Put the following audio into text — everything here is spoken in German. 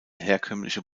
herkömmliche